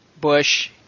Bush –